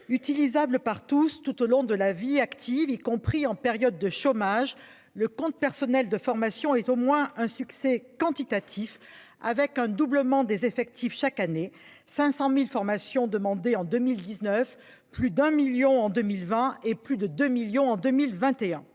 utilisable par tous, tout au long de la vie active, y compris en période de chômage. Le compte personnel de formation, et au moins un succès quantitatif, avec un doublement des effectifs chaque année 500.000 formations demandé en 2019 plus d'un million en 2020 et plus de 2 millions en 2021.